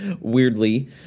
weirdly